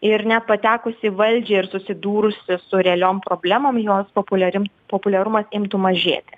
ir nepatekus į valdžią ir susidūrusi su realiom problemom jos populiarim populiarumas imtų mažėti